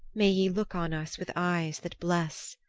may ye look on us with eyes that bless.